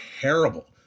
terrible